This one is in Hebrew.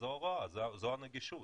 אז זאת הוראה וזו הנגישות.